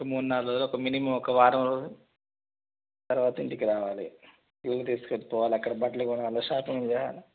ఒక మూడు నాలుగు రోజులు ఒక మినిమమ్ ఒక వారం రోజులు తర్వాత ఇంటికి రావాలి లీవ్ తీసుకుని పోవాలి అక్కడ బట్టలు కొనాలి షాపింగ్ చేయాలి